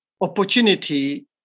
opportunity